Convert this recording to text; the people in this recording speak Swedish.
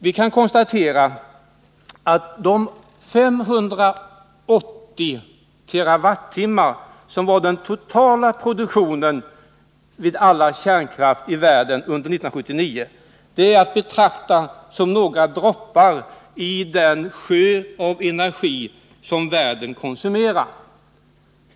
Vi kan konstatera att de 580 TWh, som var den totala produktionen vid alla kärnkraftverk i världen under 1979, är att betrakta som några droppar i den sjö av energi som världen konsumerar.